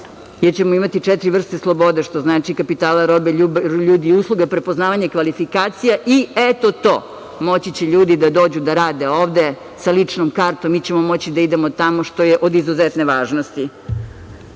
ćemo imati četiri vrste slobode, što znači kapitala, robe, ljudi i usluga, prepoznavanje kvalifikacija i, eto to, moći će ljudi da dođu da rade ovde sa ličnom kartom, mi ćemo moći da idemo tamo, što je od izuzetne važnosti. Dualno